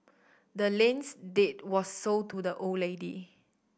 the land's deed was sold to the old lady